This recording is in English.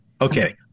Okay